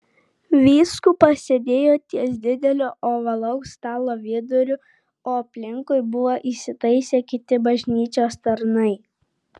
vyskupas sėdėjo ties didelio ovalaus stalo viduriu o aplinkui buvo įsitaisę kiti bažnyčios tarnai